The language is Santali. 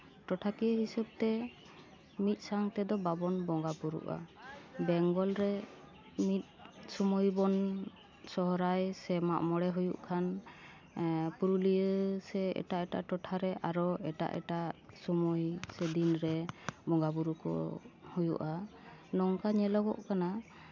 ᱴᱚᱴᱷᱟᱠᱤᱭᱟᱹ ᱦᱤᱥᱟᱹᱵᱽ ᱛᱮ ᱢᱤᱫ ᱥᱟᱝ ᱛᱮᱫᱚ ᱵᱟᱵᱚᱱ ᱵᱚᱸᱜᱟᱼᱵᱩᱨᱩᱜᱼᱟ ᱵᱮᱝᱜᱚᱞ ᱨᱮ ᱢᱤᱫ ᱥᱚᱢᱚᱭ ᱵᱚᱱ ᱥᱚᱨᱦᱟᱭ ᱥᱮ ᱢᱟᱜᱼᱢᱚᱬᱮ ᱦᱩᱭᱩᱜ ᱠᱷᱟᱱ ᱯᱩᱨᱩᱞᱤᱭᱟᱹ ᱥᱮ ᱮᱴᱟᱜ ᱮᱴᱟᱜ ᱴᱚᱴᱷᱟ ᱨᱮ ᱟᱨᱚ ᱮᱴᱟᱜ ᱮᱴᱟᱜ ᱥᱚᱢᱚᱭ ᱥᱮ ᱫᱤᱱ ᱨᱮ ᱵᱚᱸᱜᱟᱼᱵᱩᱨᱩ ᱠᱚ ᱦᱩᱭᱩᱜᱼᱟ ᱱᱚᱝᱠᱟ ᱧᱮᱞᱚᱜᱚᱜ ᱠᱟᱱᱟ